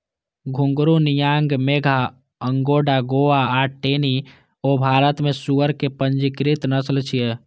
घूंघरू, नियांग मेघा, अगोंडा गोवा आ टेनी वो भारत मे सुअर के पंजीकृत नस्ल छियै